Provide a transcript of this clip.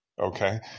Okay